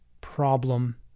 problem